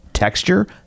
Texture